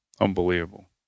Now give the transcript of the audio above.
Unbelievable